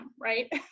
right